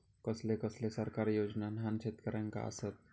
कसले कसले सरकारी योजना न्हान शेतकऱ्यांना आसत?